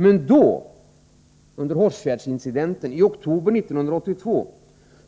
Men då, under Hårsfjärdsincidenten i oktober 1982,